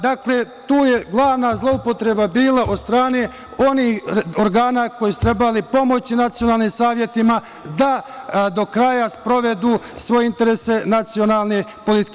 Dakle, tu je bila glavna zloupotreba od strane onih organa koji su trebali pomoći nacionalnim savetima da do kraja sprovedu svoje interese nacionalne politike.